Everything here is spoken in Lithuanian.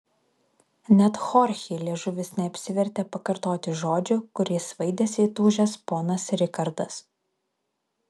net chorchei liežuvis neapsivertė pakartoti žodžių kuriais svaidėsi įtūžęs ponas rikardas